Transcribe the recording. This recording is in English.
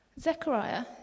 Zechariah